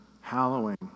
hallowing